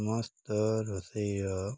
ସମସ୍ତ ରୋଷେଇର